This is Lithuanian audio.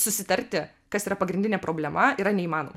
susitarti kas yra pagrindinė problema yra neįmanoma